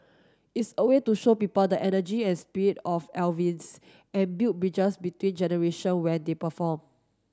it's a way to show people the energy and spirit of Elvis and build bridges between generation when they perform